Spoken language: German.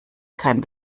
kein